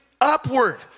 upward